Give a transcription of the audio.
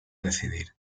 decidir